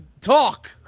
talk